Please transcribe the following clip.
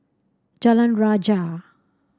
Jalan Rajah